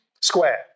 square